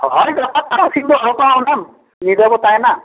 ᱦᱳᱭ ᱜᱟᱯᱟ ᱛᱟᱨᱟᱥᱤᱧ ᱵᱚᱱ ᱩᱰᱳᱠᱚᱜᱼᱟ ᱦᱩᱱᱟᱹᱝ ᱧᱤᱫᱟᱹ ᱵᱚᱱ ᱩᱰᱩᱠᱚᱜᱼᱟ